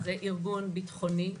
זה ארגון ביטחוני.